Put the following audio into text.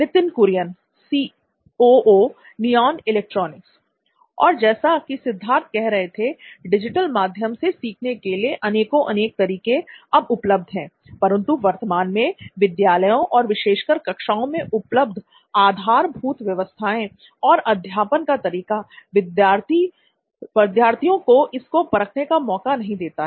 Nitin Kurian C O O neon electronics और जैसा कि सिद्धार्थ कह रहे थे डिजिटल माध्यम से सीखने के अनेकों अनेक तरीके अब उपलब्ध है परंतु वर्तमान में विद्यालयों और विशेषकर कक्षाओं में उपलब्ध आधारभूत व्यवस्थाएं और अध्यापन का तरीका विद्यार्थियों को इसको परखने का मौका नहीं देती है